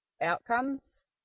outcomes